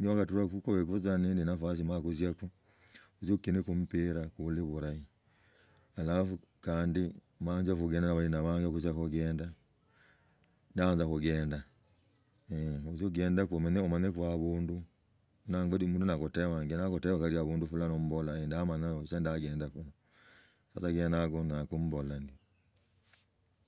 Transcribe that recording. Wakhatura mo kubeko nende nafasi khomota kuziaku khutze khukieneko mpira khumala khukina bulahi. Halafu kandi mala nzia khugendo na abalina banje. Ni khugenda ndayanza khugendakoemanyeko abundu nanga ndi omundu nakutebange nakutebange alia bundu ndi omundu nakutebange nakutebange ali abundu ndi omboro ye ndamanyoho sichira ndo yendaku fulani omboro ye ndamanyaho sichira ndagendaku emiogo kwataga ambwoni, nobuka asubuhi bakhutakili ambwoni ama odechi emiogo tchichio enywelako echai asubuhi ama ligamia lilio chulaa tsa bulahi. Balota abalogoli bamenu mmachina lakini khwakong’ana shikuli abandu bang’afuta, kho abandu kobi bulahi sichira kulichaa bulahi na abunchi arahi kandi mboraa kali oenya ogendekha ololi shia efwanaa.